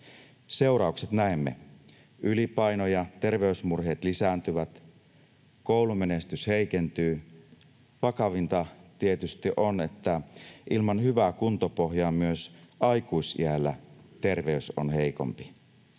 Seuraukset näemme. Ylipaino ja terveysmurheet lisääntyvät, koulumenestys heikentyy. Vakavinta tietysti on, että ilman hyvää kuntopohjaa myös aikuisiällä terveys on heikompi.